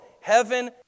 heaven